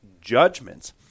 judgments